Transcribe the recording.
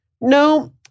No